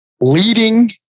Leading